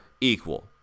equal